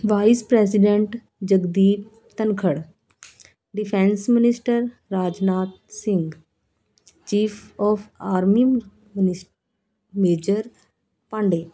vice president Jagdeep Dhankhar defence minister Rajnath Singh chief of army minister major Pandey